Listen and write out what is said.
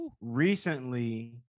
recently